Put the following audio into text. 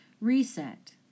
Reset